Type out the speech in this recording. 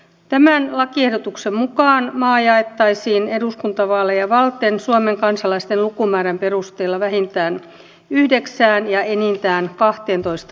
tämän lakiehdotuksen mukaan maa jaettaisiin eduskuntavaaleja varten suomen kansalaisten lukumäärän perusteella vähintään yhdeksään ja enintään kahteentoista vaalipiiriin